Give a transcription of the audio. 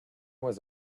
was